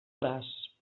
braç